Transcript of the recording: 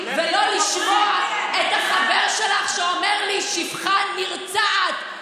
ולא לשמוע את החבר שלך שאומר לי "שפחה נרצעת".